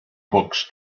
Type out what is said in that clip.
books